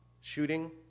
shooting